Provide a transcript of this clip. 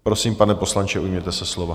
Prosím, pane poslanče, ujměte se slova.